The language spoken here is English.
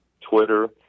Twitter